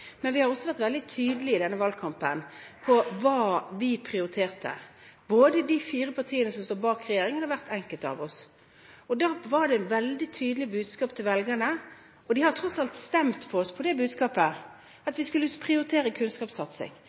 men vi har også vært veldig tydelige i denne valgkampen på hva vi prioriterte, både de fire partiene som står bak regjeringen, og hver enkelt av oss. Det var et veldig tydelig budskap til velgerne – de har tross alt stemt på oss på grunnlag av det budskapet – at vi skulle prioritere kunnskapssatsing,